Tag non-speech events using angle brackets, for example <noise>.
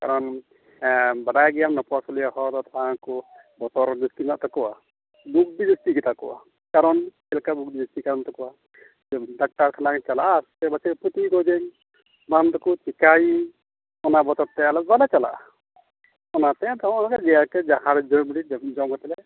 ᱠᱟᱨᱚᱱ ᱵᱟᱰᱟᱭ ᱜᱮᱭᱟᱢ ᱱᱚᱯᱚᱨ ᱠᱩᱞᱤᱭᱟᱹ ᱦᱚᱲ ᱛᱷᱚᱲᱟ ᱠᱚ ᱵᱟᱛᱚᱨ ᱡᱟᱥᱛᱤ ᱢᱮᱱᱟᱜ ᱛᱟᱠᱚᱣᱟ ᱵᱩᱫᱫᱷᱤ ᱫᱚ ᱴᱷᱤᱠ <unintelligible> ᱜᱮᱛᱟ ᱠᱚᱣᱟ ᱠᱟᱨᱚᱱ ᱪᱮᱜ ᱞᱮᱠᱟ ᱡᱩᱠᱛᱤ ᱠᱟᱱ ᱛᱟᱠᱚᱣᱟ ᱰᱟᱠᱛᱟᱨ ᱠᱷᱟᱱᱟ ᱜᱮᱧ ᱪᱟᱞᱟᱜᱼᱟ ᱥᱮ ᱯᱟᱪᱮ ᱯᱟᱴᱤ ᱜᱚᱡᱮᱧ ᱵᱟᱝ ᱫᱚᱠᱚ ᱪᱤᱠᱟᱭᱤᱧ ᱚᱱᱟ ᱵᱚᱛᱚᱨᱛᱮ ᱟᱞᱮ ᱵᱟᱞᱮ ᱪᱟᱞᱟᱜᱼᱟ ᱚᱱᱟᱛᱮ ᱱᱚᱜ ᱚᱭ ᱟᱫᱚ ᱡᱟᱦᱟᱨᱮ <unintelligible> ᱫᱟᱹᱲ ᱵᱮᱨᱮᱫ ᱡᱚᱢ ᱠᱟᱛᱮᱜ ᱞᱮ